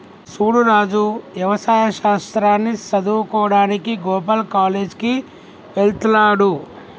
సూడు రాజు యవసాయ శాస్త్రాన్ని సదువువుకోడానికి గోపాల్ కాలేజ్ కి వెళ్త్లాడు